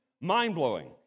mind-blowing